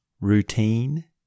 routine